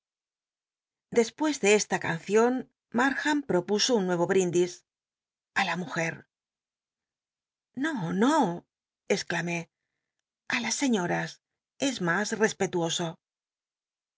dcspucs de esta cancion lllarkhnm propuso un nuevo brindis a la mujel'l no no exclamé a las sciíoras n es mas respetuoso y